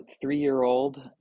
three-year-old